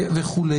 וכו'.